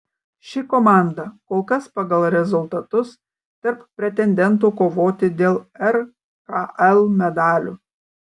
ši komanda kol kas pagal rezultatus tarp pretendentų kovoti dėl rkl medalių